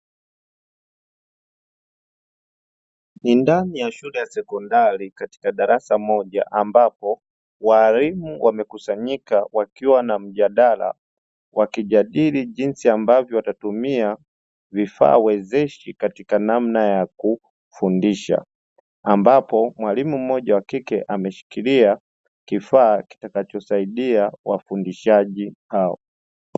Ni ndani ya shule ya sekondari katika darasa moja ambapo waalimu wamekusanyika wakiwa na mjadala wakijadili jinsi ambavyo watatumia vifaa wezeshi katika namna ya kufundisha, ambapo mwalimu mmoja wa kike ameshikilia kifaa kitakacho saidia wafundishaji hao.